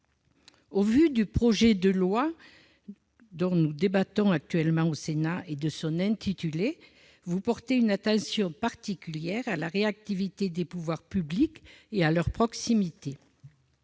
et proximité dont nous débattons actuellement au Sénat et de son intitulé, vous portez une attention particulière à la réactivité des pouvoirs publics et à leur proximité.